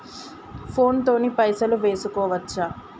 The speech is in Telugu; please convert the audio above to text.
ఫోన్ తోని పైసలు వేసుకోవచ్చా?